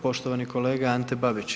Poštovani kolega Ante Babić.